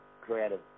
creative